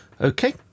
Okay